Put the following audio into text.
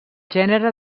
gènere